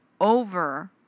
over